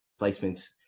placements